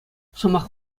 сӑмах